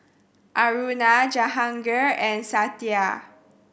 Aruna Jahangir and Satya